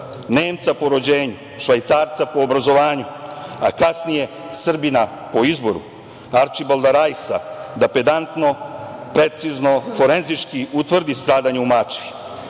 Nemca po rođenju, Švajcarca po obrazovanju, a kasnije Srbina po izboru, Arčibalda Rajsa, da pedantno, precizno, forenzički utvrdi stradanje u